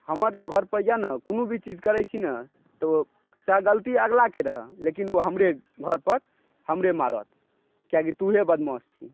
हमर जे घरपर अइ ने कोनो भी चीज करै छी ने तऽ ओ चाहे गलती अगिलाके रहए लेकिन ओ हमरे घरपर हमरे मारत कियाकि तोँही बदमाश छी